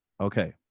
Okay